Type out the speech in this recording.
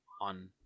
on